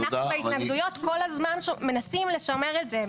ואנחנו בהתנגדויות כל הזמן שמנסים לשמר את זה.